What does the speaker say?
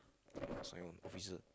sign on officer